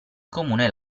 comune